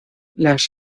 las